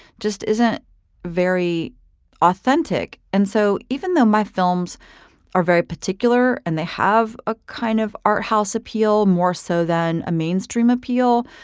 just isn't very authentic. and so even though my films are very particular and they have a kind of art-house appeal, more so than a mainstream appeal,